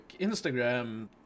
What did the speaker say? Instagram